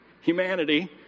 humanity